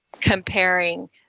comparing –